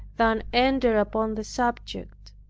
than enter upon the subject.